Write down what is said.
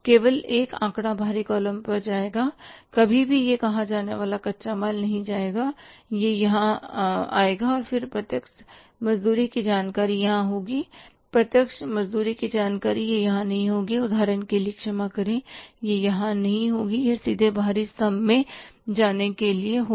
केवल एक आंकड़ा बाहरी कॉलम पर जाएगा कभी भी यह कहा जाने वाला कच्चा माल नहीं जाएगा यह यहां आएगा और फिर प्रत्यक्ष मजदूरी की जानकारी यहां होगी प्रत्यक्ष मजदूरी की जानकारी यह यहां नहीं होगी उदाहरण के लिए क्षमा करें यह यहां नहीं होगा यह सीधे बाहरी स्तम्भ में जाने के लिए होगा